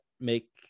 make